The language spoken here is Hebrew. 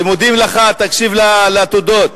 כשמודים לך תקשיב לתודות.